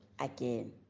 again